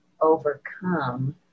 overcome